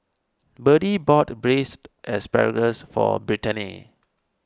Birdie bought Braised Asparagus for Brittaney